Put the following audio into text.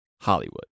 Hollywood